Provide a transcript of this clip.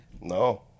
No